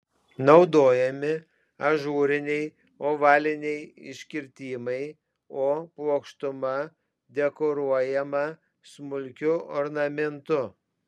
naudojami ažūriniai ovaliniai iškirtimai o plokštuma dekoruojama smulkiu ornamentu